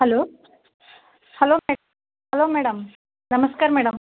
hello hello hello madam ನಮಸ್ಕಾರ madam